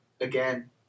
Again